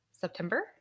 September